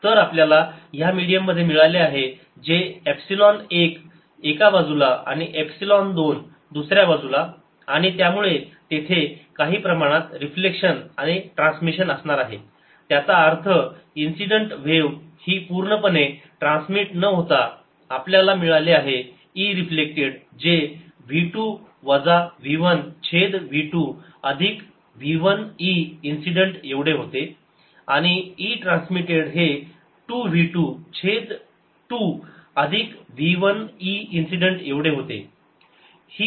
ERv2 v1v2v1EI ETEIER2v2v2v1EI तर आपल्याला ह्या मिडीयम मध्ये मिळाले आहे जे एपसिलोन 1 एका बाजूला आणि एपसिलोन 2 दुसऱ्या बाजूला आणि त्यामुळे तेथे काही प्रमाणात रिफ्लेक्शन आणि ट्रान्समिशन असणार आहे त्याचा अर्थ इन्सिडेंट व्हेव ही पूर्णपणे ट्रान्समिट न होता आपल्याला मिळाले आहे e रिफ्लेक्टेड जे v 2 वजा v 1 छेद v2 अधिक v1 e इन्सिडेंट एवढे होते आणि e ट्रान्समिटेड हे 2 v 2 छेद 2 अधिक v 1 e इन्सिडेंट एवढे होते